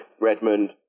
Redmond